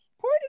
poor